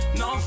no